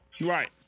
Right